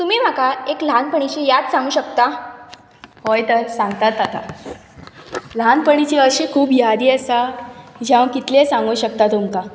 तुमी म्हाका एक ल्हाणपणेची याद सांगूंक शकता हय तर सांगतात आतां ल्हानपणेची अशी खूब यादी आसा जे हांव कितलेय सागूंक शकतां तुमकां